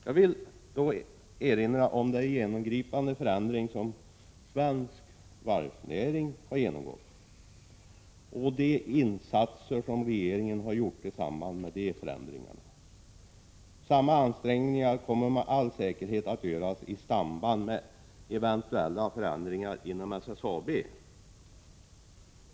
Jag vill sedan erinra om den genomgripande förändring som svensk varvsnäring har genomgått och om de insatser som regeringen har gjort i det sammanhanget. Samma ansträngningar kommer med all säkerhet att göras i samband med eventuella förändringar inom SSAB.